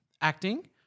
acting